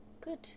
Good